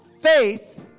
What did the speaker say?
faith